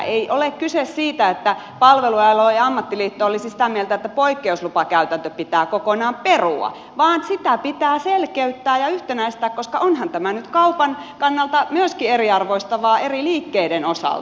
ei ole kyse siitä että palvelualojen ammattiliitto olisi sitä mieltä että poikkeuslupakäytäntö pitää kokonaan perua vaan sitä pitää selkeyttää ja yhtenäistää koska onhan tämä nyt kaupan kannalta myöskin eriarvoistavaa eri liikkeiden osalta